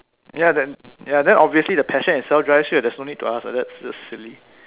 ya then ya then obviously the passion itself drives you there's no need to ask that that's silly